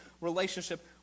relationship